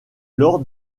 lors